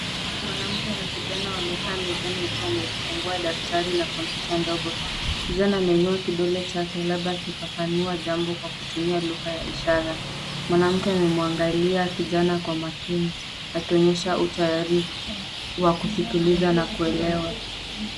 Mwanamke na kijana wamekaa mezani wakiwa wamefungua daftari na kompyuta ndogo. Kijana ameinua kidole labda akifafanua jambo kwa kutumia lugha ya ishara. Mwanamke amemwangalia kijana kwa umakini akionyesha utayari wa kusikiliza na kuelewa.